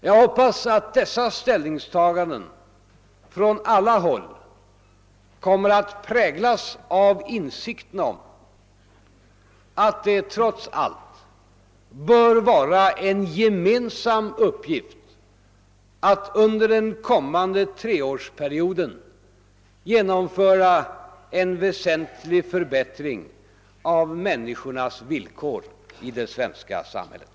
Jag hoppas att dessa ställningstaganden på alla håll kommer att präglas av insikten iom satt det trots: allt bör vara en gemensam uppgift att under den kommande treårsperioden genomföra en väsentlig förbättring av människornas villkor i det svenska samhället.